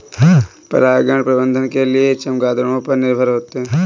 परागण प्रबंधन के लिए चमगादड़ों पर निर्भर होते है